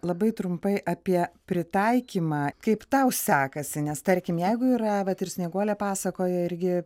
labai trumpai apie pritaikymą kaip tau sekasi nes tarkim jeigu yra vat ir snieguolė pasakoja irgi